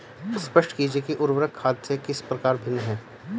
स्पष्ट कीजिए कि उर्वरक खाद से किस प्रकार भिन्न है?